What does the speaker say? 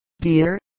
dear